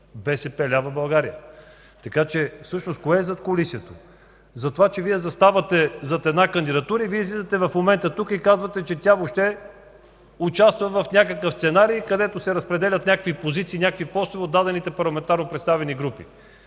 БСП лява България. Всъщност кое е задкулисието? Това, че Вие заставате зад една кандидатура, а излизате тук и казвате, че тя участва в някакъв сценарии, където се разпределят някакви позиции, някакви постове от дадените парламентарно представени групи.